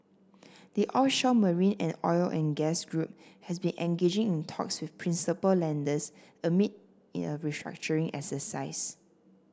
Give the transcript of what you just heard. the offshore marine and oil and gas group has been engaging in talks with principal lenders amid a restructuring exercise